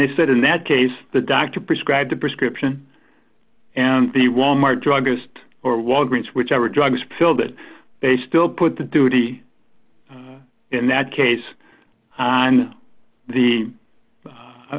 they said in that case the doctor prescribed the prescription and the wal mart druggist or walgreens whichever drugs filled that they still put the duty in that case on the